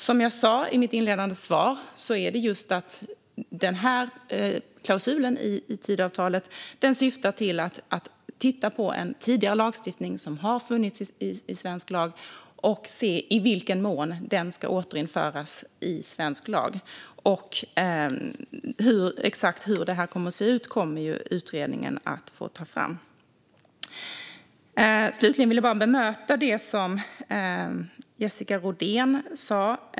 Som jag sa i mitt inledande svar syftar den här klausulen i Tidöavtalet till att titta på en tidigare lagstiftning som funnits i Sverige och se i vilken mån den ska återinföras. Exakt hur det kommer att se ut får utredningen ta fram. Slutligen vill jag bara bemöta det som Jessica Rodén sa.